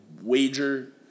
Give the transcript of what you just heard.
wager